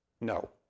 No